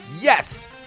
Yes